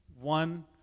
one